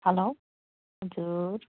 हलो हजुर